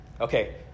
Okay